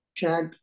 Chat